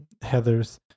heathers